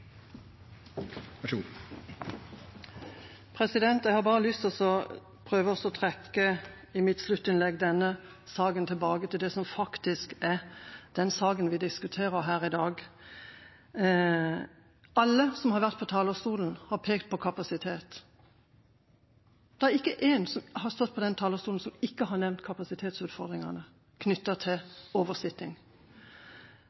Jeg har lyst til i mitt sluttinnlegg å prøve å trekke denne saken tilbake til det som faktisk er det vi diskuterer her i dag. Alle som har vært på talerstolen, har pekt på kapasitet. Det er ikke én som har stått på denne talerstolen, som ikke har nevnt kapasitetsutfordringene knyttet til